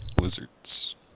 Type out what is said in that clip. Lizards